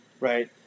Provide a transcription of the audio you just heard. right